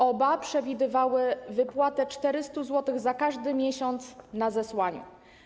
Oba przewidywały wypłatę 400 zł za każdy miesiąc na zesłaniu.